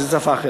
שזו שפה אחרת.